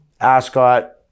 Ascot